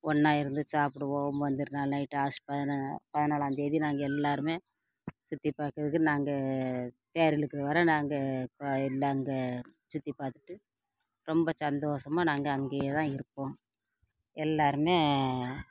ஒன்றா இருந்து சாப்பிடுவோம் வந்து நைட் ஆகஸ்ட் பதினாலாம் தேதி நாங்கள் எல்லோருமே சுற்றி பார்க்குறதுக்கு நாங்கள் தேர் இழுக்கிற வர நாங்கள் எல்லாம் அங்கே சுற்றி பார்த்துட்டு ரொம்ப சந்தோசமாக நாங்கள் அங்கேயே தான் இருப்போம் எல்லோருமே